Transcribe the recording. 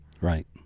Right